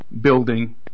building